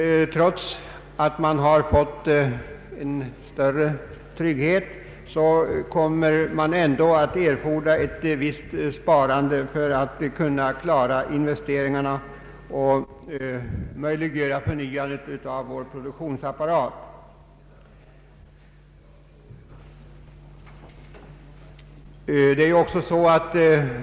Trots den större tryggheten kommer dock att erfordras ett visst sparande för att investeringarna skall kunna klaras och förnyandet av vår produktionsapparat möjliggöras.